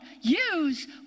use